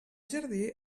jardí